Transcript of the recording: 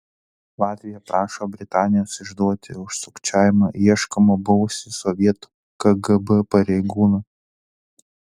latvija prašo britanijos išduoti už sukčiavimą ieškomą buvusį sovietų kgb pareigūną